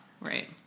Right